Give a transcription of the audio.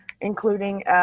including